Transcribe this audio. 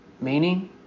meaning